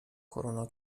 کرونا